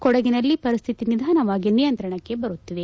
ಕೊಡಗಿನಲ್ಲಿ ಪರಿಸ್ಹಿತಿ ನಿಧಾನವಾಗಿ ನಿಯಂತ್ರಣಕ್ಕೆ ಬರುತ್ತಿದೆ